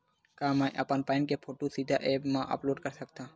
का मैं अपन पैन के फोटू सीधा ऐप मा अपलोड कर सकथव?